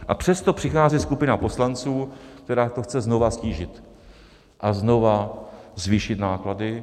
A přesto přichází skupina poslanců, která to chce znova ztížit a znova zvýšit náklady.